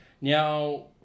Now